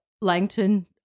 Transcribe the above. Langton